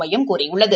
மையம் கூறியுள்ளது